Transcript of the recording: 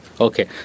Okay